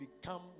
become